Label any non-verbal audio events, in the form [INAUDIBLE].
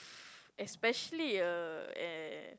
[NOISE] especially err eh